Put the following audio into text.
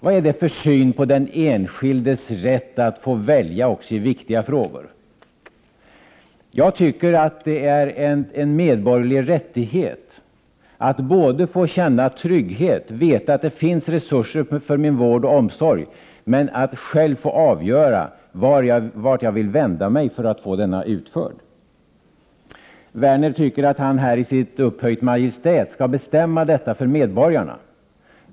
Vad är det för en syn på den enskildes rätt att få välja också i viktiga frågor? Jag tycker att det är en medborgerlig rättighet att både få känna trygghet, veta att det finns resurser för min vård och omsorg, och själv få avgöra vart jag vill vända mig för att få denna utförd. Lars Werner tycker att han i upphöjt majestät skall bestämma detta för medborgarna.